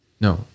No